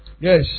yes